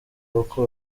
uko